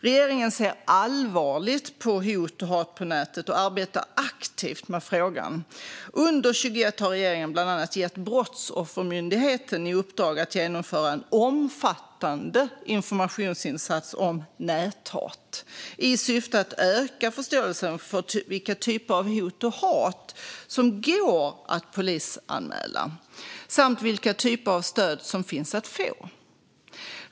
Regeringen ser allvarligt på hot och hat på nätet och arbetar aktivt med frågan. Under 2021 har regeringen bland annat gett Brottsoffermyndigheten i uppdrag att genomföra en omfattande informationsinsats om näthat i syfte att öka förståelsen för vilka typer av hot och hat som går att polisanmäla och vilka typer av stöd som finns att få.